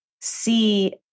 see